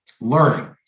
learning